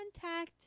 contact